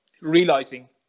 realizing